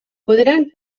podran